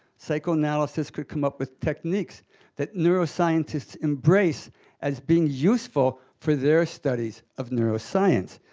psychoanalysis could come up with techniques that neuroscientists embrace as being useful for their studies of neuroscience.